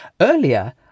Earlier